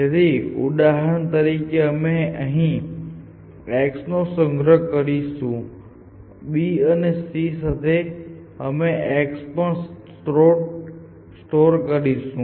તેથી ઉદાહરણ તરીકે અમે અહીં x નો સંગ્રહ કરીશું b અને c સાથે અમે x પણ સ્ટોર કરીશું